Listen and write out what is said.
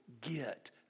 get